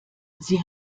sie